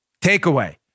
Takeaway